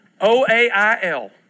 O-A-I-L